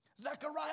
Zechariah